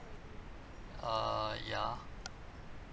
err ya